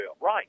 Right